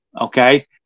okay